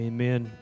Amen